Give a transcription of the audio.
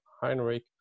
Heinrich